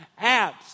apps